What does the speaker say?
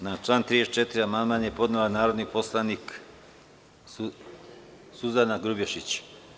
Na član 34. amandman je podnela narodni poslanik Suzana Grubješić.